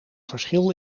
verschil